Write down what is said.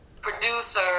producer